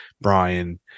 brian